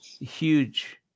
huge